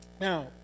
now